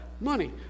money